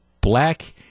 black